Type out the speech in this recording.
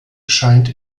scheint